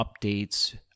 updates